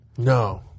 No